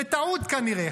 בטעות כנראה,